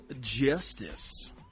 Justice